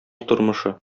тормышы